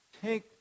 take